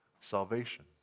salvation